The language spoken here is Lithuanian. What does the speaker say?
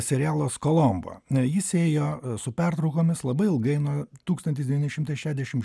serialas kolombo jis ėjo su pertraukomis labai ilgai nuo tūkstantis devynis šimtai šešiasdešimt